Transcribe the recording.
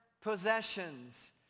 possessions